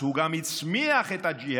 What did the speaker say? הוא גם הצמיח את הג'יהאד,